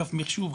אגף מחשוב,